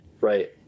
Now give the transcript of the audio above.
Right